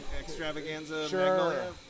Extravaganza